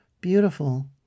beautiful